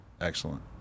Excellent